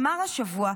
אמר השבוע: